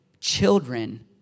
children